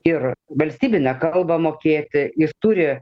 ir valstybinę kalbą mokėti jis turi